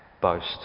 boast